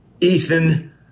Ethan